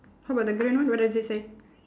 how about the green one what does it say